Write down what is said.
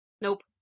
Nope